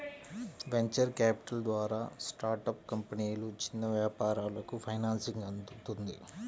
venture capital ద్వారా startup కంపెనీలు, చిన్న వ్యాపారాలకు ఫైనాన్సింగ్ అందుతుంది